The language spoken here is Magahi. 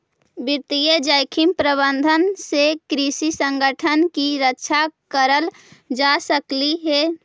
वित्तीय जोखिम प्रबंधन से किसी संगठन की रक्षा करल जा सकलई हे